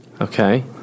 Okay